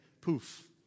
Poof